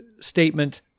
statement